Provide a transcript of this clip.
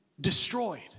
destroyed